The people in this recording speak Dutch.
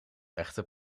echte